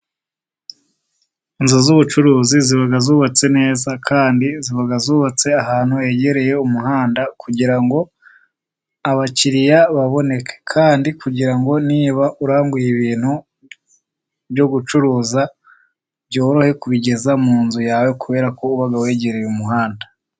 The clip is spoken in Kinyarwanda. Inzuzu z'bucuruzi ziba zubatse neza, kandi ziba zubatse ahantu hegereye umuhanda, kugira ngo abakiriya baboneke kandi kugira ngo niba uranguye ibintu byo gucuruza, byorohe kubigeza mu nzu yawe kubera ko ubaga wegereye umuhanda.